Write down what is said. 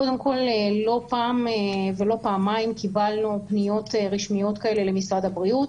קודם כל לא פעם ולא פעמיים קיבלנו פניות רשמיות כאלה למשרד הבריאות,